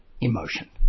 emotion